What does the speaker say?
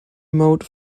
mode